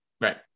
Right